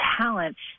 talents